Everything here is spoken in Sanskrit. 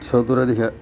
चतुरधिक